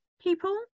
people